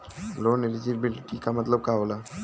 Loan eligibility का मतलब का होला?